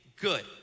good